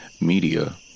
Media